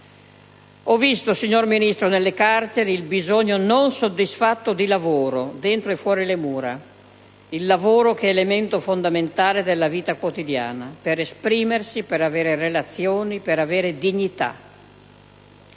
Ho visto, signor Ministro, nelle carceri il bisogno non soddisfatto di lavoro dentro e fuori le mura; il lavoro, che è elemento fondamentale della vita quotidiana per esprimersi, per avere relazioni, per avere dignità.